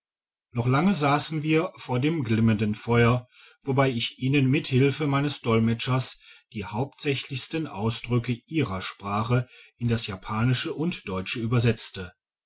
noch lange sassen wir vor dem glimmenden feuer wobei ich ihnen mit hilfe meines dolmetschers die hauptsächlichsten ausdrücke ihrer sprache in das japanische und deutsche übersetzte